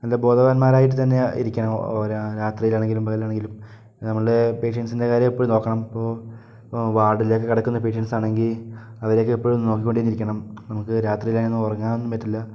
നല്ല ബോധവാന്മാരായിട്ടു തന്നെ ഇരിക്കണം രാത്രിയിലാണെങ്കിലും പകലാണെങ്കിലും നമ്മളുടെ പേഷ്യൻസിൻ്റെ കാര്യം എപ്പോഴും നോക്കണം അപ്പോൾ വാർഡിലൊക്കെ കിടക്കുന്ന പേഷ്യൻസാണെങ്കിൽ അവരെയൊക്കെ എപ്പോഴും നോക്കിക്കൊണ്ടെന്നെയിരിക്കണം നമുക്ക് രാത്രിയിൽ അങ്ങനെയൊന്നും ഉറങ്ങാനൊന്നും പറ്റില്ല